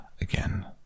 again